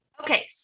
Okay